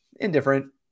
Indifferent